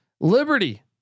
Liberty